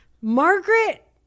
Margaret